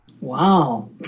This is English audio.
Wow